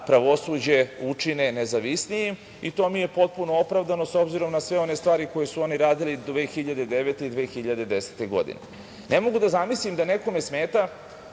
pravosuđe učine nezavisnijim i to mi je potpuno opravdano, s obzirom na sve one stvari koji su oni radili 2009. i 2010. godine. Ne mogu da zamislim da nekome smeta,